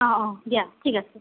অঁ অঁ দিয়া ঠিক আছে